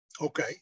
Okay